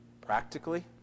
Practically